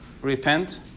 repent